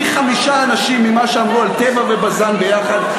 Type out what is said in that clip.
פי-חמישה אנשים ממה שאמרו על "טבע" ו"בזן" ביחד.